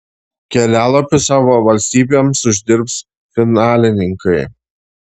kelialapius savo valstybėms uždirbs finalininkai